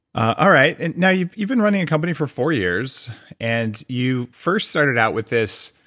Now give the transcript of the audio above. ah alright. and now, you've you've been running a company for four years and you first started out with this,